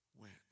went